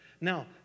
Now